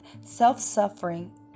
self-suffering